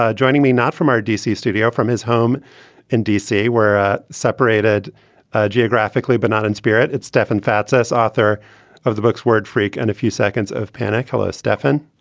ah joining me now from our d c. studio, from his home in d c, where separated geographically but not in spirit, is stefan fatsis, author of the books word freak and a few seconds of panic. hello, stefan.